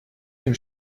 den